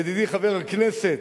ידידי חבר הכנסת,